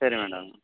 சரி மேடம்